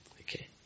Okay